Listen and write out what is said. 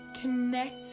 connect